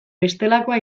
bestelakoa